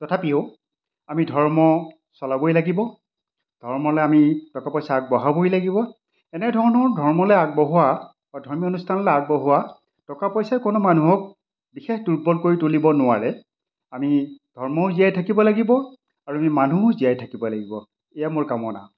তথাপিও আমি ধৰ্ম চলাবই লাগিব ধৰ্মলৈ আমি টকা পইচা আগবঢ়াবই লাগিব এনেধৰণৰ ধৰ্মলৈ আগবঢ়োৱা বা ধৰ্মীয় অনুষ্ঠানলৈ আগবঢ়োৱা টকা পইচাই কোনো মানুহক বিশেষ দুৰ্বল কৰি তুলিব নোৱাৰে আমি ধৰ্মও জীয়াই থাকিব লাগিব আৰু আমি মানুহো জীয়াই থাকিব লাগিব এইয়া মোৰ কামনা